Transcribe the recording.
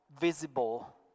visible